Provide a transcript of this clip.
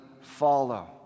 follow